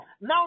Now